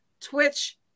Twitch